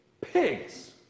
pigs